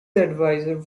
adviser